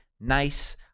nice